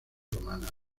romana